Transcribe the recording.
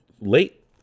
late